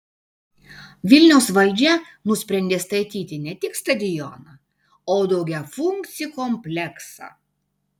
vilniaus valdžia nusprendė statyti ne tik stadioną o daugiafunkcį kompleksą